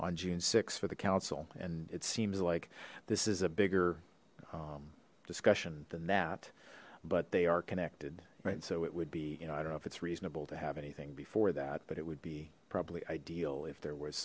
on june six for the council and it seems like this is a bigger discussion than that but they are connected right so it would be you know i don't know if it's reasonable to have anything before that but it would be probably ideal if there was